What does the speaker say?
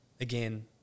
again